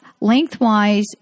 lengthwise